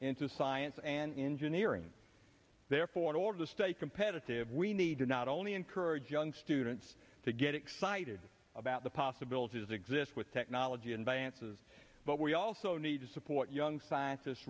into science and engineering therefore in order to stay competitive we need to not only encourage young students to get excited about the possibilities exist with technology advances but we also need to support young scientists